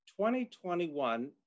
2021